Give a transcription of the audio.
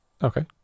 Okay